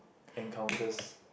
encounters